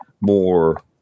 more